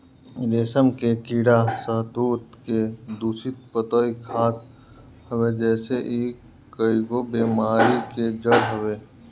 रेशम के कीड़ा शहतूत के दूषित पतइ खात हवे जेसे इ कईगो बेमारी के जड़ हवे